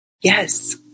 Yes